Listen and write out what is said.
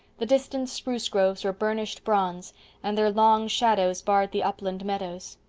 the distant spruce groves were burnished bronze and their long shadows barred the upland meadows.